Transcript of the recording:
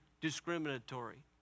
discriminatory